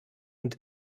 und